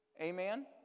Amen